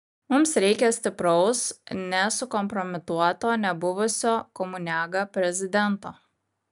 mums reikia stipraus nesukompromituoto nebuvusio komuniaga prezidento